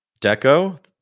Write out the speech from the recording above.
Deco